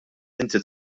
inti